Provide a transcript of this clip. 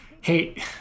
Hey